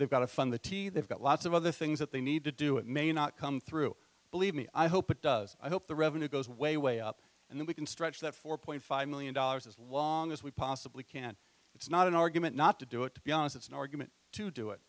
they've got to fund the t they've got lots of other things that they need to do it may not come through believe me i hope it does i hope the revenue goes way way up and then we can stretch that four point five million dollars as long as we possibly can it's not an argument not to do it because it's an argument to do it